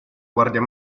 guardia